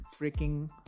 freaking